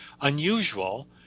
unusual